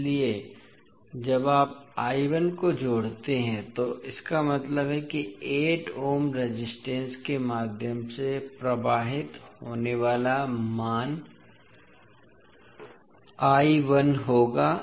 इसलिए जब आप को जोड़ते हैं तो इसका मतलब है कि 8 ओम रेजिस्टेंस के माध्यम से प्रवाहित होने वाला मान होगा